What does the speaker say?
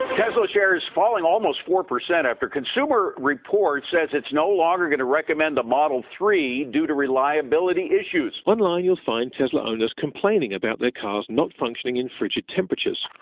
tesla shares falling almost four percent after consumer reports says it's no longer going to recommend the model three due to reliability issues. online you'll find tesla owners complaining about their cars not functioning in frigid temperatures,